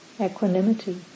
equanimity